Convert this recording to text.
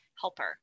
helper